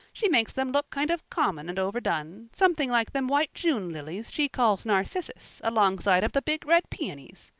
she makes them look kind of common and overdone something like them white june lilies she calls narcissus alongside of the big, red peonies,